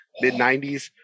mid-90s